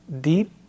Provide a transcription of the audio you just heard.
deep